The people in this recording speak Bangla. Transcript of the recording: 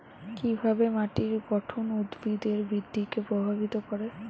কিভাবে মাটির গঠন উদ্ভিদের বৃদ্ধিকে প্রভাবিত করে?